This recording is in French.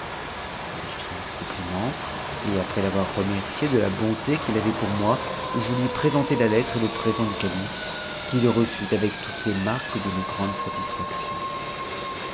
je lui fis mon compliment et après l'avoir remercié de la bonté qu'il avait pour moi je lui présentai la lettre et le présent du calife qu'il reçut avec toutes les marques d'une grande satisfaction